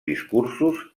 discursos